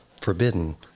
forbidden